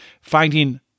finding